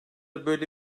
böyle